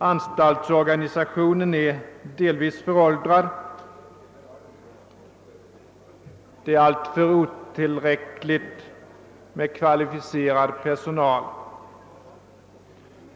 Anstaltsorganisationen är delvis föråldrad och det finns inte alls tillräckligt med kvalificerad personal.